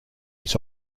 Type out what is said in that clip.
his